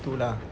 tu lah